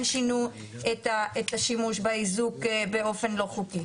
שינו את השימוש באיזוק באופן לא חוקי.